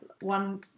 one